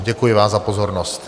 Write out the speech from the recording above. Děkuji vám za pozornost.